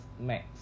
max